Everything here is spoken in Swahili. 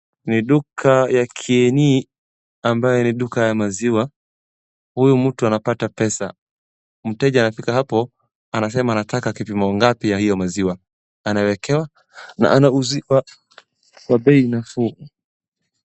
Ni duka ya Kieni ambaye ni duka ya maziwa. Huyu mtu anapata pesa. Mteja anafika hapo anasema anataka kipimo ngapi ya hiyo maziwa anawekewa na anauziwa kwa bei nafuu.